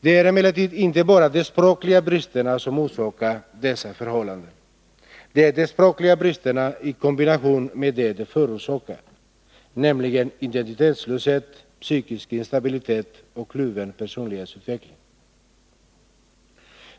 Det är emellertid inte bara de språkliga bristerna som orsakar dessa förhållanden — det är de språkliga bristerna i kombination med det de förorsakar, nämligen identitetslöshet, psykisk instabilitet och kluven personlighetsutveckling.